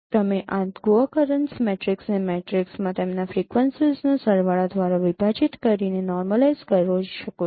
તમે આ co-occurrence મેટ્રિક્સને મેટ્રિક્સમાં તેમના ફ્રીક્વન્સીઝના સરવાળા દ્વારા વિભાજીત કરીને નૉર્મલાઇઝ કરી શકો છો